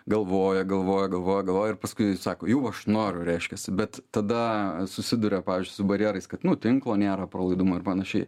galvoja galvoja galvoja galvoja ir paskui sako jau aš noriu reiškiasi bet tada susiduria pavyzdžiui su barjerais kad nu tinklo nėra pralaidumo ir panašiai